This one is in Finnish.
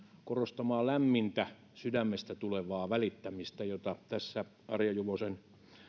korostamaa lämmintä sydämestä tulevaa välittämistä jota tässä arja juvosen